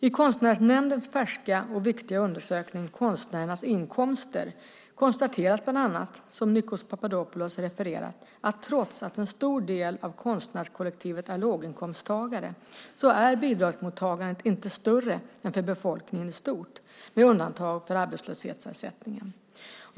I Konstnärsnämndens färska och viktiga undersökning Konstnärernas inkomster konstateras bland annat, som Nikos Papadopoulos refererat, att trots att en stor del av konstnärskollektivet är låginkomsttagare så är bidragsmottagandet inte större än för befolkningen i stort, med undantag för arbetslöshetsersättningen.